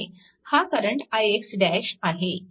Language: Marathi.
हा करंट ix आहे